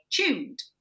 tuned